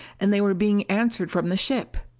and they were being answered from the ship!